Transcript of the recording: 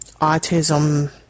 autism